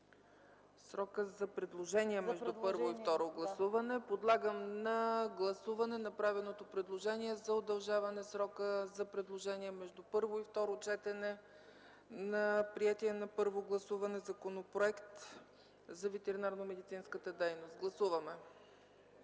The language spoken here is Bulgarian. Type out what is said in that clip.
За предложения, да. ПРЕДСЕДАТЕЛ ЦЕЦКА ЦАЧЕВА: Подлагам на гласуване направеното предложение за удължаване срока за предложения между първо и второ четене на приетия на първо гласуване Законопроект за ветеринарномедицинската дейност. Гласували